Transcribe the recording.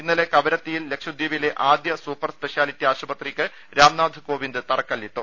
ഇന്നലെ കവരത്തിയിൽ ലക്ഷദ്വീപിലെ ആദ്യ സൂപ്പർ സ് പെഷ്യാലിറ്റി ആശുപത്രിക്ക് രാംനാഥ് കോവിന്ദ് തറക്കല്ലിട്ടു